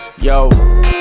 yo